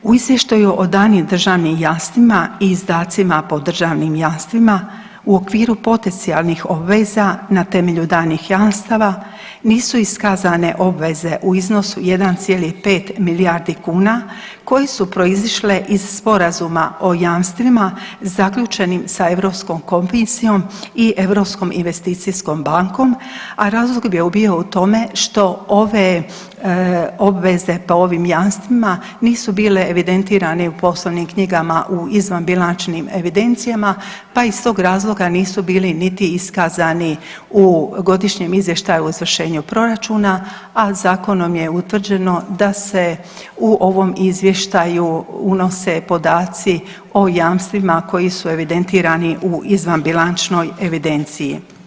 U izvještaju o daljnjim državnim jamstvima i izdacima po državnim jamstvima u okviru potencijalnih obveza na temelju danih jamstava nisu iskazane obveze u iznosu 1,5 milijardi kuna koje su proizišle iz Sporazuma o jamstvima zaključenim sa Europskom komisijom i Europskom investicijskom bankom, a razlog bi bio u tome što ove obveze po ovim jamstvima nisu bile evidentirane u poslovnim knjigama u izvanbilančnim evidencijama, pa iz tog razloga nisu bili niti iskazani u Godišnjem izvještaju o izvršenju proračuna, a zakonom je utvrđeno da se u ovom izvještaju unose podaci o jamstvima koji su evidentirani u izvan bilančnoj evidenciji.